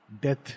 death